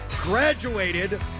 graduated